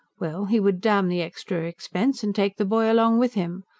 well, he would damn the extra expense and take the boy along with him!